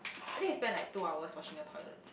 I think he spend like two hours washing the toilets